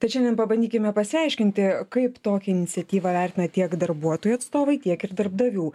tad šiandien pabandykime pasiaiškinti kaip tokią iniciatyvą vertina tiek darbuotojų atstovai tiek ir darbdavių